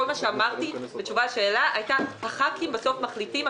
כל מה שאמרתי בתשובה לשאלה הייתה הח"כים בסוף מחליטים,